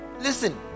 listen